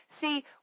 see